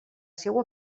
seua